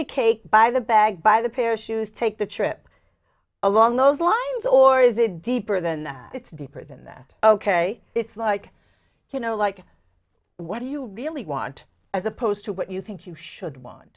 the cake by the bag by the pair of shoes take the trip along those lines or is it deeper than that it's deeper than that ok it's like you know like what do you really want as opposed to what you think you should want